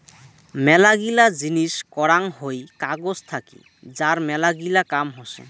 মেলাগিলা জিনিস করাং হই কাগজ থাকি যার মেলাগিলা কাম হসে